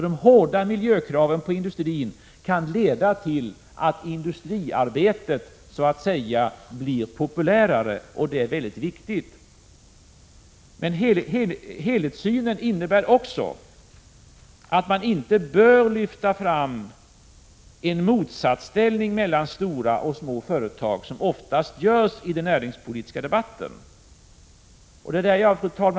De hårda miljökraven på industrin kan leda till att industriarbetet så att säga blir populärare, och det är väldigt viktigt. Helhetssynen innebär också att man inte bör lyfta fram en motsatsställning mellan stora och små företag, vilket oftast görs i den näringspolitiska debatten. Fru talman!